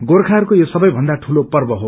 गोर्खाहरूको यो सबैभन्दा ठूलो पर्व हो